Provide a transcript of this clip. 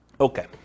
Okay